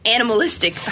Animalistic